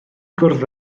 gwrdd